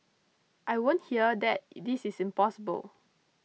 I won't hear that this is impossible